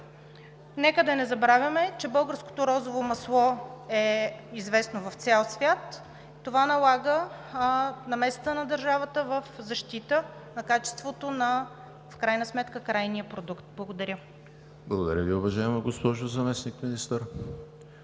Нека да не забравяме, че българското розово масло е известно в цял свят. Това налага намесата на държавата в защита на качеството на крайния продукт. Благодаря. ПРЕДСЕДАТЕЛ ЕМИЛ ХРИСТОВ: Благодаря Ви, уважаема госпожо Заместник-министър.